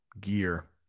gear